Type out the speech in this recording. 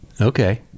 Okay